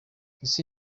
ese